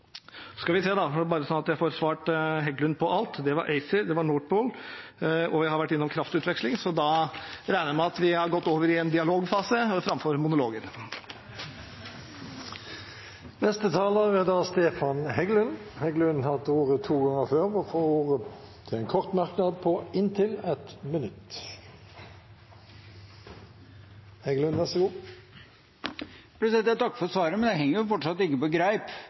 jeg må bare få svart Heggelund på alt. Det var ACER, Nord Pool, og jeg har vært innom kraftutveksling. Da regner jeg med at vi har gått over i en dialogfase framfor monologfasen. Stefan Heggelund har hatt ordet to ganger tidligere og får ordet til en kort merknad, begrenset til 1 minutt. Jeg takker for svaret, men det henger fortsatt ikke på greip.